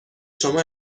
شما